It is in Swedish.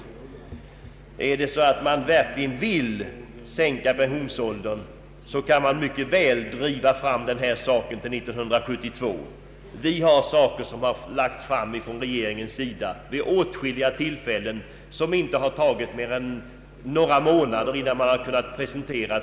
Vill man verkligen sänka pensionsåldern, kan man mycket väl genomföra reformen till 1972. Regeringen har vid åtskilliga tillfällen lagt fram förslag som det inte tagit mer än några månader att utarbeta.